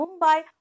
mumbai